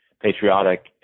patriotic